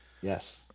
Yes